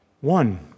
One